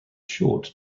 short